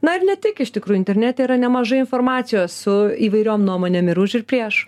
na ir ne tik iš tikrųjų internete yra nemažai informacijos su įvairiom nuomonėm ir už ir prieš